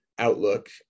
Outlook